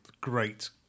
great